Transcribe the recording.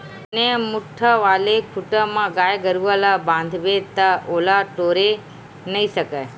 बने मोठ्ठ वाले खूटा म गाय गरुवा ल बांधबे ता ओला टोरे नइ सकय